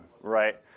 right